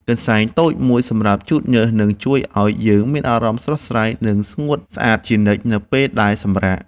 កន្សែងតូចមួយសម្រាប់ជូតញើសនឹងជួយឱ្យយើងមានអារម្មណ៍ស្រស់ស្រាយ និងស្ងួតស្អាតជានិច្ចនៅពេលដែលសម្រាក។